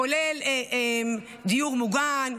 כולל דיור מוגן,